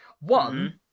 One